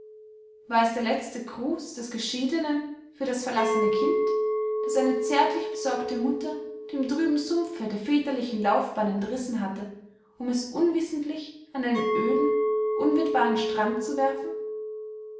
war es der letzte gruß des geschiedenen für das verlassene kind das eine zärtlich besorgte mutter dem trüben sumpfe der väterlichen laufbahn entrissen hatte um es unwissentlich an einen öden unwirtbaren strand zu werfen